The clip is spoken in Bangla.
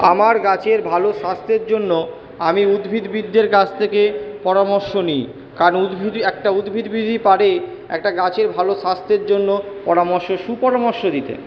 আমার গাছের ভালো স্বাস্থ্যের জন্য আমি উদ্ভিদবিদদের কাছ থেকে পরামর্শ নিই কারণ উদ্ভিদবিদ একটা উদ্ভিদবিদই পারে একটা গাছের ভালো স্বাস্থ্যের জন্য পরামর্শ সুপরামর্শ দিতে